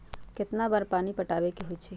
कितना बार पानी पटावे के होई छाई?